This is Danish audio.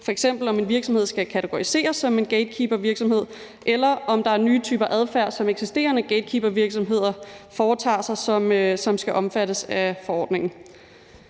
om, om en virksomhed skal kategoriseres som en gatekeepervirksomhed, eller om der ses nye typer adfærd hos eksisterende gatekeepervirksomheder, som skal omfattes af forordningen.